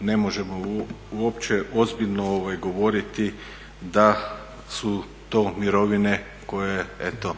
ne možemo uopće ozbiljno govoriti da su to mirovine koje eto